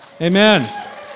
Amen